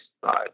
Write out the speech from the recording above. side